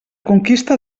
conquista